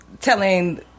telling